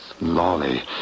Lolly